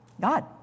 God